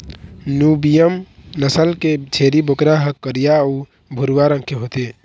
Nubian नसल के छेरी बोकरा ह करिया अउ भूरवा रंग के होथे